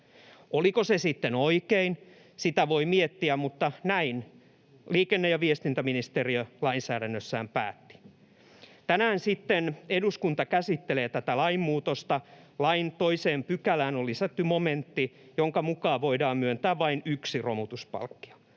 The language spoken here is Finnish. Oliko se sitten oikein, sitä voi miettiä, mutta näin liikenne- ja viestintäministeriö lainsäädännössään päätti. Tänään sitten eduskunta käsittelee tätä lainmuutosta. Lain 2 §:ään on lisätty momentti, jonka mukaan voidaan myöntää vain yksi romutuspalkkio.